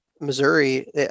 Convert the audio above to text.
Missouri